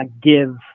give